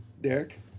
Derek